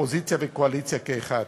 אופוזיציה וקואליציה כאחת.